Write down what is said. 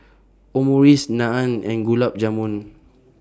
Omurice Naan and Gulab Jamun